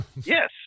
yes